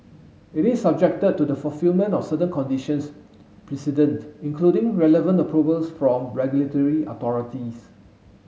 it is subjected to the fulfilment of certain conditions precedent including relevant approvals from regulatory authorities